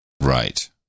right